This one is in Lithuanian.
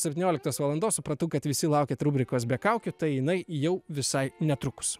septynioliktos valandos supratau kad visi laukiat rubrikos be kaukių tai jinai jau visai netrukus